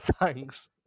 thanks